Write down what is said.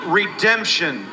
redemption